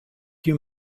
you